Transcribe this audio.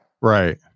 Right